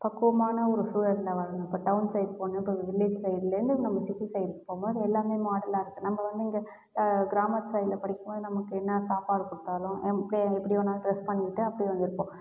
பக்குவமான ஒரு சூழலில் வந் இப்போ டவுன் சைட் போனோம்னா இப்போ வில்லேஜ் சைட்லேந்து நம்ப சிட்டி சைட்க்கு போகும்போது எல்லாமே மாடல்லாம் இருக்கு நம்ப வந்து இங்கே கிராம சைட்டில் படிக்கும்போது நமக்கு என்ன சாப்பாடு கொடுத்தாலும் எம் எப்படி எப்படி வேணா ட்ரெஸ் பண்ணிவிட்டு அப்டே வந்துருப்போம்